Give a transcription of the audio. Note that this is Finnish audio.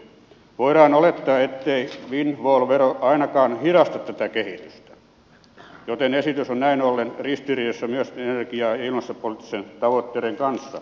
voidaan olettaa ettei windfall vero ainakaan hidasta tätä kehitystä joten esitys on näin ollen ristiriidassa myös energia ja ilmastopoliittisten tavoitteiden kanssa